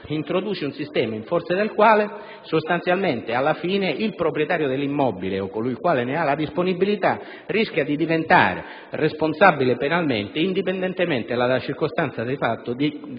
peraltro un sistema in forza del quale, alla fine, il proprietario dell'immobile, o colui che ne ha la disponibilità, rischia di diventare responsabile penalmente, indipendentemente dalla circostanza *de facto* di